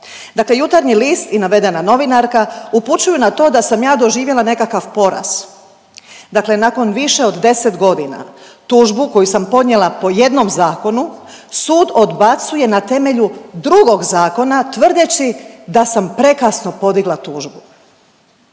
„Jutarnji list“ i navedena novinarka upućuju na to da sam ja doživjela nekakav poraz. Dakle nakon više od 10.g. tužbu koju sam podnijela po jednom zakonu, sud odbacuje na temelju drugog zakona tvrdeći da sam prekasno podigla tužbe.